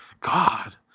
God